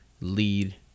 lead